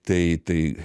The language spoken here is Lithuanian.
tai tai